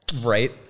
Right